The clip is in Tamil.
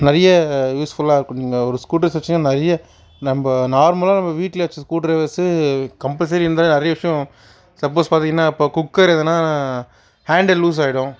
நிறைய யூஸ்ஃபுல்லாக இருக்கும் நீங்கள் ஒரு ஸ்க்ரூ ட்ரைவர்ஸ் வச்சுதான் நிறைய நம்ம நார்மலாக நம்ம வீட்டில் இருக்க ஸ்க்ரூ ட்ரைவர்ஸ் கம்பல்சரி இருந்தால் நிறைய விஷ்யம் சப்போஸ் பார்த்திங்கனா இப்போ குக்கர் எதனா ஹேண்டில் லூசாகிடும்